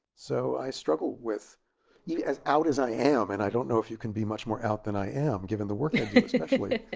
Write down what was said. so i struggle with as out as i am, and i don't know if you can be much more out than i am, given the work i